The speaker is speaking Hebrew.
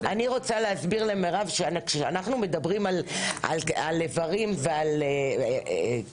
אני רוצה להסביר למירב שכשאנחנו מדברים על איברים ועל זה,